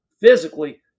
physically